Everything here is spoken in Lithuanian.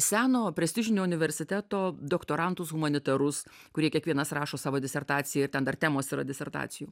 seno prestižinio universiteto doktorantus humanitarus kurie kiekvienas rašo savo disertaciją ir ten dar temos yra disertacijų